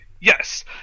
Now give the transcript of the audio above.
Yes